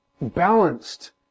balanced